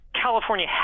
California